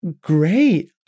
great